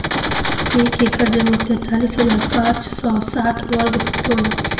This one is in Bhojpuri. एक एकड़ जमीन तैंतालीस हजार पांच सौ साठ वर्ग फुट होला